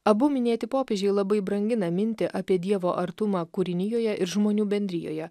abu minėti popiežiai labai brangina mintį apie dievo artumą kūrinijoje ir žmonių bendrijoje